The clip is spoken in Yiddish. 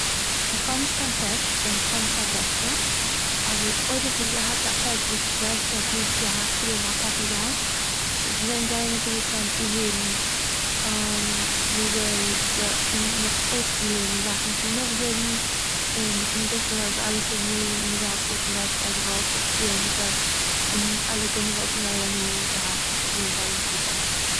איך האב נישט קיין פעטס סו, איך האב נישט קיין בעסטע, אבער אויב איך וואלט געהאט א פעט וואלט איך זייער שטארק ליב געהאט צו האבן א פאפעגיי, ס'וואלט געווען זייער אינטערעסאנט צו הערן וויאזוי ס'- דאס אויסצולערנען; זאכן צו נאכזאגן, און איך בין זיכער אז אלע קינדער אין די גאס וואלטן זייער שטארק געוואלט זיך שפילן מיט דאס און אלע קינדער וואלטן זייער הנאה געהאט, ס'וואלט געווען זייער אינטערעסאנט פאר זיי